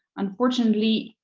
unfortunately,